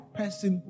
person